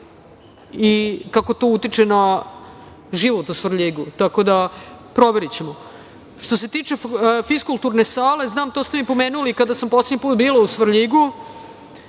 i kako to utiče na život u Svrljigu. Proverićemo. Što se tiče fiskulturne sale, to ste mi spomenuli kada sam poslednji put bila u Svrljigu,